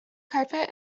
carpet